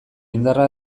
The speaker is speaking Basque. indarra